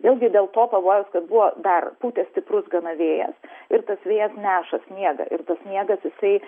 vėlgi dėl to pavojaus kad buvo dar pūtė stiprus gana vėjas ir tas vėjas neša sniegą ir tas sniegas jisai